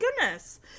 goodness